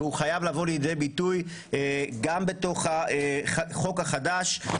והוא חייב לבוא לידי ביטוי גם בתוך החוק החדש.